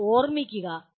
അത് ഓർക്കുക